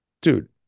dude